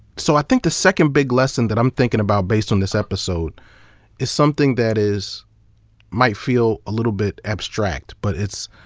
so i think the second big lesson that i'm thinking about based on this episode is something that might might feel a little bit abstract, but it's,